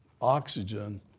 oxygen